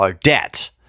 debt